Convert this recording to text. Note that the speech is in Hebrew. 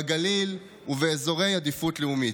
בגליל ובאזורי עדיפות לאומית,